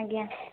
ଆଜ୍ଞା